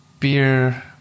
beer